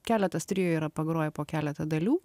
keletas trio yra pagroję po keletą dalių